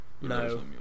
No